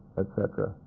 et cetera,